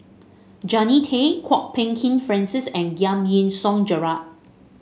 Jannie Tay Kwok Peng Kin Francis and Giam Yean Song Gerald